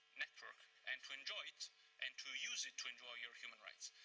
network and to enjoy it and to use it to enjoy your human rights.